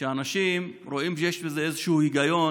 שאנשים רואים שיש בזה איזשהו היגיון,